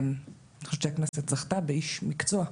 אני חושבת שהכנסת זכתה באיש מקצוע,